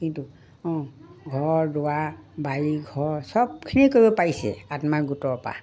কিন্তু অঁ ঘৰ দুৱাৰ বাৰী ঘৰ চবখিনি কৰিব পাৰিছে আত্মসহায়ক গোটৰপৰা